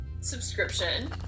subscription